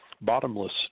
bottomless